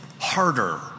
harder